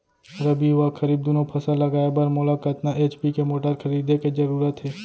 रबि व खरीफ दुनो फसल लगाए बर मोला कतना एच.पी के मोटर खरीदे के जरूरत हे?